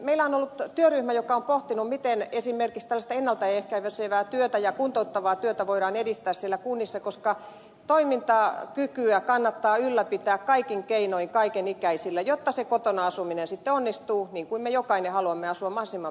meillä on ollut työryhmä joka on pohtinut miten esimerkiksi tällaista ennalta ehkäisevää työtä ja kuntouttavaa työtä voidaan edistää siellä kunnissa koska toimintakykyä kannattaa ylläpitää kaikin keinoin kaiken ikäisillä jotta se kotona asuminen sitten onnistuu niin kuin me jokainen haluamme asua mahdollisimman pitkään kotona